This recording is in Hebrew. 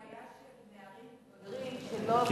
זו בעיה של נערים מתבגרים שלא,